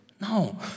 No